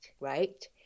right